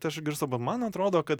tai aš išgirstu arba man atrodo kad